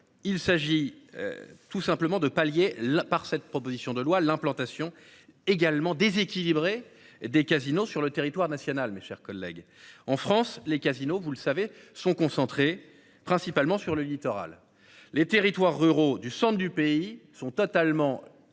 Il s'agit. Tout simplement de palier là par cette proposition de loi l'implantation également déséquilibrer des casinos sur le territoire national. Mes chers collègues. En France les casinos, vous le savez sont concentrés principalement sur le littoral, les territoires ruraux du centre du pays sont totalement à